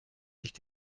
nicht